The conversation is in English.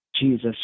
Jesus